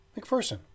McPherson